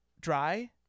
dry